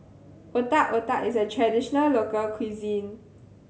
Otak Otak is a traditional local cuisine